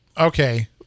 okay